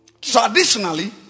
Traditionally